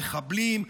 מחבלים,